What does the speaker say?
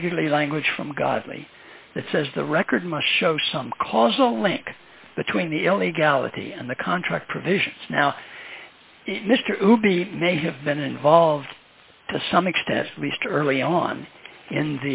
particularly language from godley that says the record must show some causal link between the illegality and the contract provisions now mr ruby may have been involved to some extent at least early on in